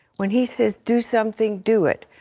when he says do something, do it.